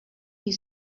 you